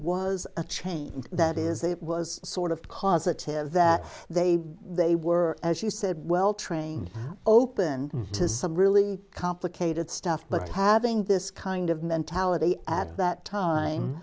was a change and that is that it was sort of causative that they they were as you said well trained open to some really complicated stuff but having this kind of mentality at that time